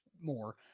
more